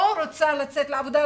או רוצה לצאת לעבודה,